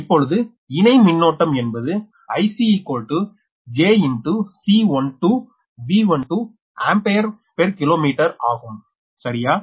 இப்பொழுது இணை மின்னோட்டம் என்பது 𝐼𝐶𝑗 𝐶12𝑉12 அம்பேர் பெர் கிலோமீட்டர் ஆகும் சரியா